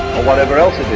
whatever else it is